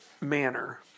manner